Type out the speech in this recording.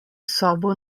sobo